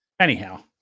anyhow